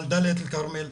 דאלית אל-כרמל,